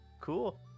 cool